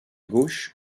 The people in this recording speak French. gauche